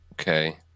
okay